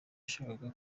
yashakaga